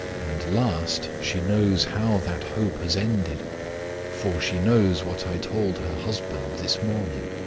and last, she knows how that hope has ended for she knows what i told her husband this morning.